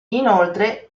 inoltre